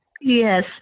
Yes